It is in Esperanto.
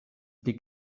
pli